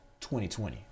2020